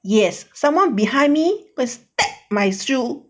yes someone behind me go and step my shoe